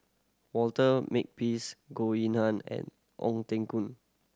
Walter Makepeace Goh Yihan and Ong Teng Koon